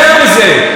יותר מזה,